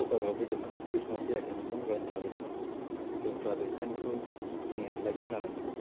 क'क्राझाराव फैदोंमोन बे समाव थैयाखैमोन बिथाङा जयन्त हाजरिका जयन्त हाजरिकानिखौ आङो लाइभ खोनानो मोन्दों